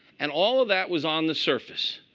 and all of that was on the surface.